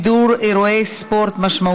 גם חברת הכנסת נורית קורן לא הספיקה?